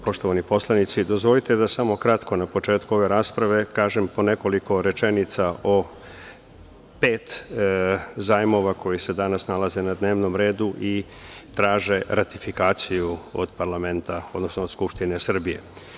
Poštovani poslanici, dozvolite mi da samo kratko na početku ove rasprave kažem po nekoliko rečenica o pet zajmova koji se danas nalaze na dnevnom redu i traže ratifikaciju od parlamenta, odnosno od Skupštine Srbije.